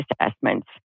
assessments